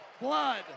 blood